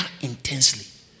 intensely